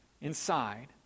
inside